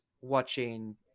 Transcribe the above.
watching